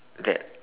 that